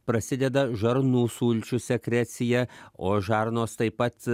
prasideda žarnų sulčių sekrecija o žarnos taip pat